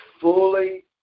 fully